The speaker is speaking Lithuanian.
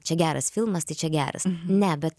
čia geras filmas tai čia geras ne bet